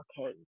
okay